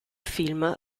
film